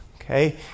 okay